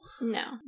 No